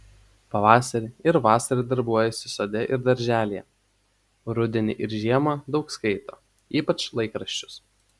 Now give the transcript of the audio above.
pavasarį ir vasarą darbuojasi sode ir darželyje rudenį ir žiemą daug skaito ypač laikraščių